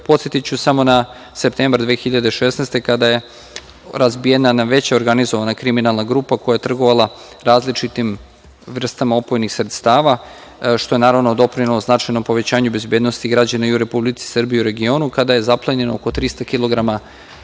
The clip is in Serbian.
države. Podsetiću samo na septembar 2016. godine kada je razbijena jedna veća organizovana kriminalna grupa koja je trgovala različitim vrstama opojnih sredstava, što je naravno doprinelo značajnom povećanju bezbednosti građana i u Republici Srbiji i u regionu kada je zaplenjeno oko 300 kg